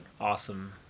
awesome